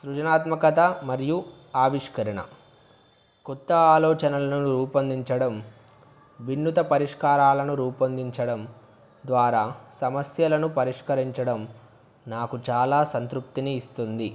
సృజనాత్మకత మరియు ఆవిష్కరణ కొత్త ఆలోచనలను రూపొందించడం వినూత్న పరిష్కారాలను రూపొందించడం ద్వారా సమస్యలను పరిష్కరించడం నాకు చాలా సంతృప్తిని ఇస్తుంది